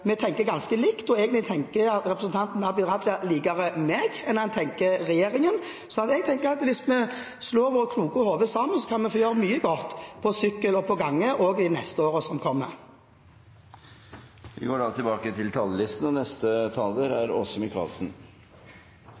vi tenker ganske likt. Egentlig tenker representanten Abid Q. Raja mer som jeg gjør, enn som regjeringen gjør. Så hvis vi slår våre kloke hoder sammen, kan vi få gjort mye godt for gang- og sykkelveier også i årene som kommer. Replikkordskiftet er